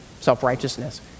self-righteousness